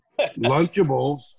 Lunchables